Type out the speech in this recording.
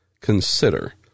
consider